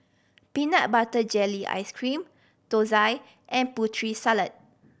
peanut butter jelly ice cream thosai and Putri Salad